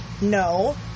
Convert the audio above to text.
No